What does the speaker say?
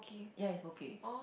ya eat Poke